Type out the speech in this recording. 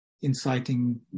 inciting